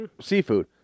seafood